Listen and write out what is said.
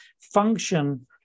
function